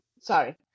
Sorry